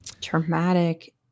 Traumatic